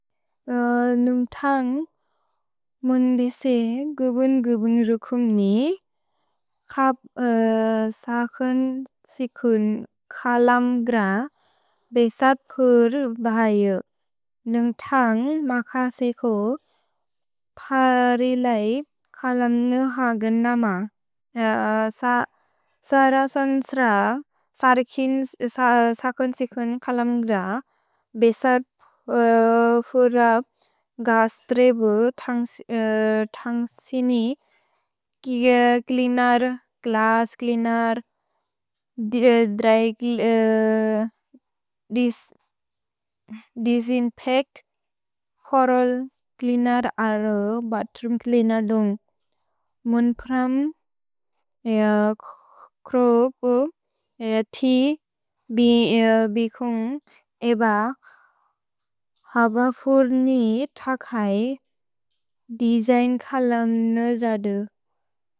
नुम्थन्ग् मुन्बिसे गुबुन् गुबुन् रुकुम्नि खप् सकोन्सिकुन् कलम्ग्र बेसत् फुर् बहयु। नुम्थन्ग् मकसिकु परिलेइ कलम्न्गु हगन् नम। सरसन्स्र सकोन्सिकुन् कलम्ग्र बेसत् फुर् गस् त्रेबु थन्ग्सिनि किग क्लिनर्, ग्लस् क्लिनर्, दिसिन्पेक्, होरोल् क्लिनर् अरो, बत्रुम् क्लिनदुन्ग्। मुन्प्रम् क्रोपु एति बि बिकुन्ग् एब हब फुर् नि थकय् दिजैन् कलम् न जदु।